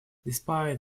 despite